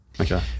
Okay